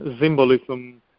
symbolism